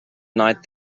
night